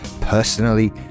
personally